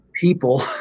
people